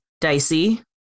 dicey